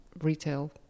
retail